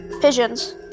Pigeons